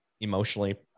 emotionally